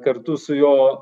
kartu su jo